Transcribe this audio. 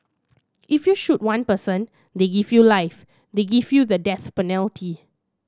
if you shoot one person they give you life they give you the death penalty